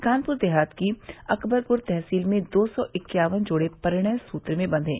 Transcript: कानपुर देहात की अकबरपुर तहसील में दो सौ इक्यावन जोड़े परिणय सूत्र में बंधे